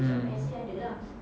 mm